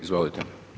Izvolite.